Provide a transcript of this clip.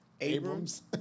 Abrams